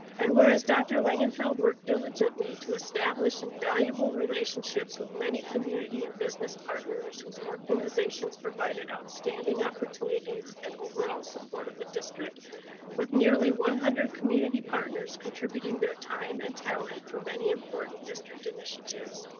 and whereas dr. langenfeld work diligently to establish invaluable relationships with many community and business partners with organizations provided outstanding opportunities and overall support of the district with nearly one hundred community partners, contributing their time and talent from many important district initiatives.